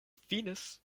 finis